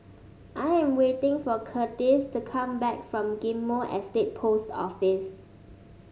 I am waiting for Curtiss to come back from Ghim Moh Estate Post Office